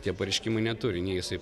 tie pareiškimai neturi nei jisai